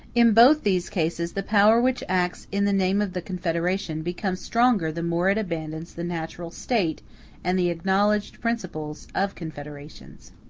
in both these cases, the power which acts in the name of the confederation becomes stronger the more it abandons the natural state and the acknowledged principles of confederations.